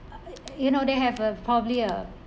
you know they have uh probably uh